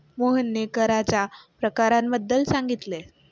मोहनने कराच्या प्रकारांबद्दल सांगितले